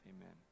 Amen